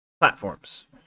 platforms